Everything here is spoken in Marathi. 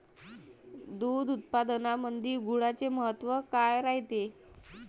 दूध उत्पादनामंदी गुळाचे महत्व काय रायते?